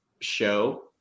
show